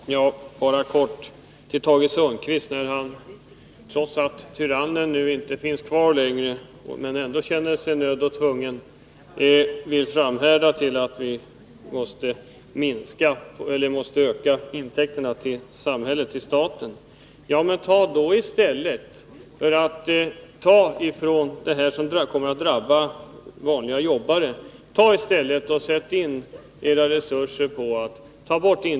Herr talman! Bara några ord i all korthet till Tage Sundkvist, som trots att tyrannen inte längre finns kvar känner sig nödd och tvungen och framhärdar med att vi måste öka intäkterna till staten. Ta då bort indexregleringen i stället för att minska reseavdragen, vilket kommer att drabba vanliga jobbare!